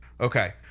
Okay